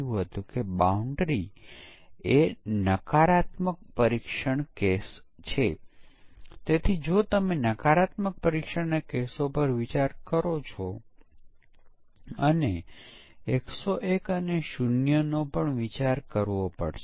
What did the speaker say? પરંતુ મારો પ્રશ્ન એ છે કે યુનિટ અને એકીકરણ પરીક્ષણ સંપૂર્ણ રીતે હાથ ધરવામાં આવ્યું છે અને તે પછી સિસ્ટમ પરીક્ષણ દરમિયાન કયા ભૂલને શોધી કાઢવામાં આવશે